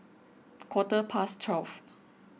quarter past twelve